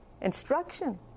instruction